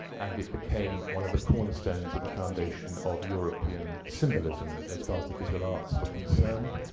and it became one of the cornerstones of the foundation of european symbolism as far as the visual arts were concerned.